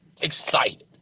excited